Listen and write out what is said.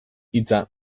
hitza